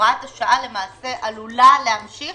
הוראת השעה עלולה להמשיך